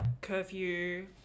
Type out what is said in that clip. curfew